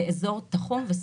באזור תחום וספציפי.